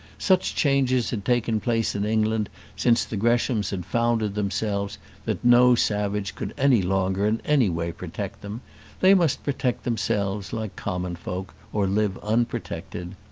such changes had taken place in england since the greshams had founded themselves that no savage could any longer in any way protect them they must protect themselves like common folk, or live unprotected.